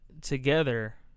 together